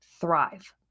thrive